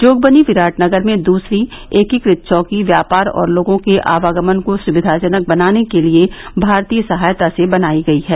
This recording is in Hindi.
जोगबनी विराटनगर में दसरी एकीकृत चौकी व्यापार और लोगों के आवागमन को सविधाजनक बनाने के लिए भारतीय सहायता से बनाई गई है